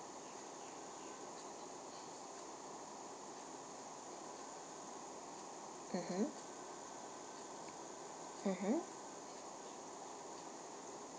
mmhmm mmhmm